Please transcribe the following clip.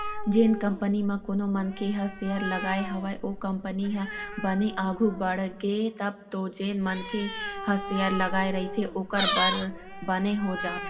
जेन कंपनी म कोनो मनखे ह सेयर लगाय हवय ओ कंपनी ह बने आघु बड़गे तब तो जेन मनखे ह शेयर लगाय रहिथे ओखर बर बने हो जाथे